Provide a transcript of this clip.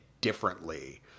differently